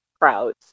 crowds